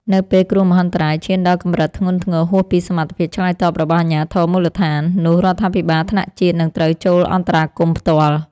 នៅពេលគ្រោះមហន្តរាយឈានដល់កម្រិតធ្ងន់ធ្ងរហួសពីសមត្ថភាពឆ្លើយតបរបស់អាជ្ញាធរមូលដ្ឋាន នោះរដ្ឋាភិបាលថ្នាក់ជាតិនឹងត្រូវចូលអន្តរាគមន៍ផ្ទាល់។